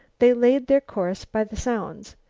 they laid their course by the sounds.